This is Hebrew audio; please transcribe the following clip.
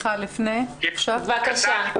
בבקשה.